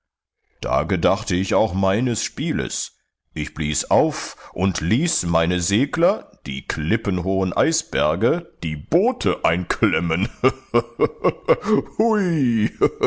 da gedachte ich auch meines spieles ich blies auf und ließ meine segler die klippenhohen eisberge die boote einklemmen